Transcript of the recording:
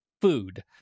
food